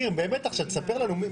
ניר, באמת עכשיו ספר לנו.